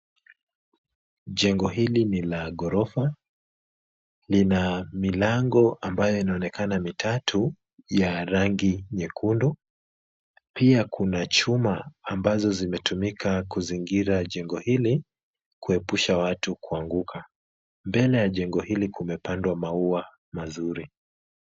Jengo hili ni la ghorofa. Lina milango ambayo inaonekana mitatu ya rangi nyekundu. Pia kuna chuma ambazo zimetumika kuzingira jengo hili, kuepusha watu kuanguka. Mbele ya jengo hili kumepandwa maua mazuri.